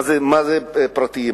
מה זה פרטיים?